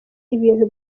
ibintu